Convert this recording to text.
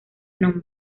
nombre